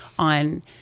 On